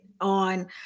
on